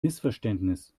missverständnis